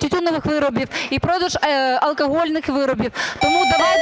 тютюнових виробів, і продаж алкогольних виробів. Тому давайте